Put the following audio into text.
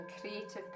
creative